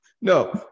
No